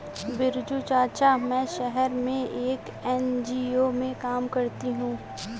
बिरजू चाचा, मैं शहर में एक एन.जी.ओ में काम करती हूं